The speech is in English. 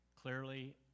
clearly